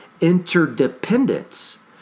interdependence